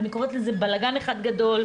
ואני קוראת לזה בלגן אחד גדול,